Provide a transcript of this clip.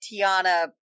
Tiana